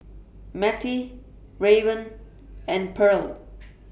Mattie Raven and Pearl